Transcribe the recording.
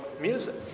music